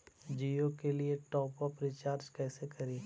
जियो के लिए top up recharge कैसे करी?